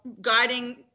guiding